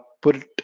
put